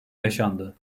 yaşandı